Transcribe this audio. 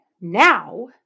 Now